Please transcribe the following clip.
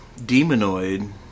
Demonoid